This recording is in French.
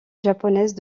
japonaise